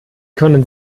können